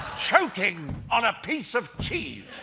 choking on a piece of cheese.